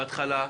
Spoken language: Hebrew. בהתחלה התפתל.